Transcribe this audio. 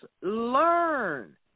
learn